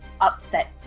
upset